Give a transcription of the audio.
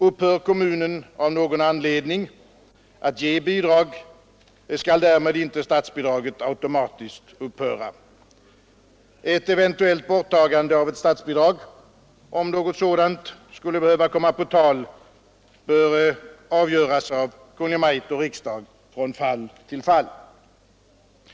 Upphör kommunen av någon anledning att ge bidrag skall därmed inte statsbidraget automatiskt upphöra. Ett eventuellt borttagande av ett statsbidrag — om något sådant skulle behöva komma på tal — bör avgöras av Kungl. Maj:t och riksdagen från fall till fall.